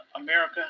America